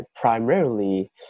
primarily